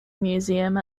museum